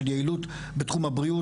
של יעילות בתחום הבריאות,